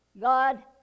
God